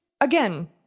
again